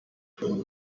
rugo